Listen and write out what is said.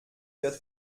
wird